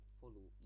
follow